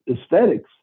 aesthetics